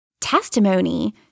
testimony